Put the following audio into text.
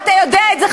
ואתה יודע את זה,